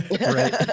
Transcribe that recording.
Right